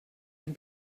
can